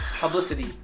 Publicity